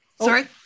Sorry